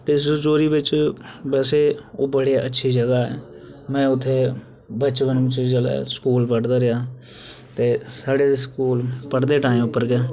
इस रजौरी बिच्च वैसे ओह् बड़ी अच्छी जगह ऐ में उत्थें बचपन च जेल्लै स्कूल पढ़दा रेहा ते साढ़े स्कूल पढ़दे टाइम उप्पर गै